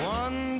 one